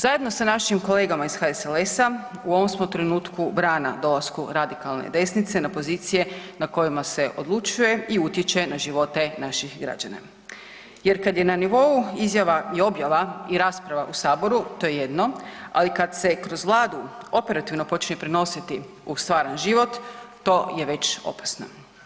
Zajedno sa našim kolegama iz HSLS-a u ovom smo trenutku brana dolasku radikalne desnice na pozicije na kojima se odlučuje i utječe na živote naših građana jer kad je na nivou izjava i objava i rasprava u saboru to je jedno, ali kad se kroz Vladu operativno počne prenositi u stvaran život to je već opasno.